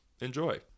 enjoy